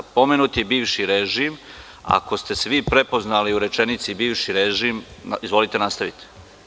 Pomenut je bivši režim, ako ste se vi prepoznali u rečenici „bivši režim“, izvolite nastavite.